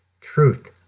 Truth